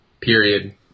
period